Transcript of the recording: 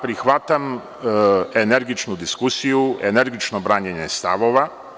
Prihvatam energičnu diskusiju, energično branjenja stavova…